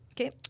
Okay